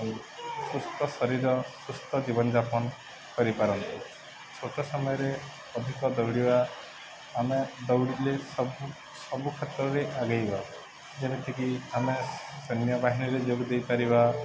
ସୁସ୍ଥ ଶରୀର ସୁସ୍ଥ ଜୀବନଯାପନ କରିପାରନ୍ତି ଛୋଟ ସମୟରେ ଅଧିକ ଦୌଡ଼ିବା ଆମେ ଦୌଡ଼ିଲେ ସବୁ ସବୁ କ୍ଷେତ୍ରରେ ଆଗେଇବା ଯେମିତିକି ଆମେ ସୈନ୍ୟ ବାହିନୀରେ ଯୋଗ ଦେଇପାରିବା